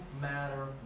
matter